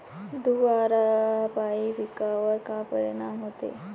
धुवारापाई पिकावर का परीनाम होते?